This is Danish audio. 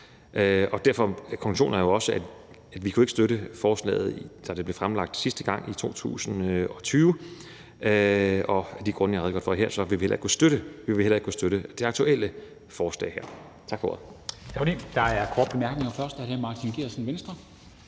lagt frem. Konklusionen er, at vi ikke kunne støtte forslaget, da det blev fremsat sidste gang i 2020, og af de grunde, jeg har redegjort for her, vil vi heller ikke kunne støtte det aktuelle forslag. Tak for ordet.